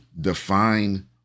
define